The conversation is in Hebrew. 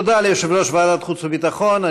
תודה רבה ליושב-ראש ועדת חוץ וביטחון.